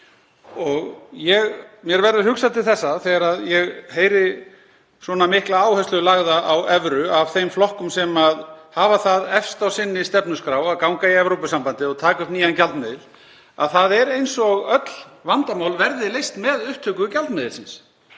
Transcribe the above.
á. Mér verður hugsað til þessa þegar ég heyri svona mikla áherslu lagða á evru af þeim flokkum sem hafa það efst á sinni stefnuskrá að ganga í Evrópusambandið og taka upp nýjan gjaldmiðil, það er eins og öll vandamál verði leyst með upptöku gjaldmiðilsins.